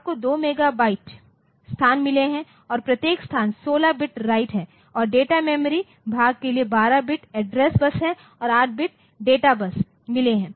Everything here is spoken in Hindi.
आपको 2 मेगाबाइट स्थान मिले हैं और प्रत्येक स्थान 16 बिट राइट है और डेटा मेमोरी भाग के लिए 12 बिट एड्रेस बस और 8 बिट डेटा बस मिले है